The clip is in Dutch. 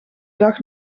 dag